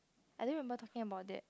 I didn't remember talking about that